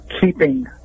keeping